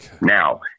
Now